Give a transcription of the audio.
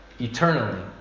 eternally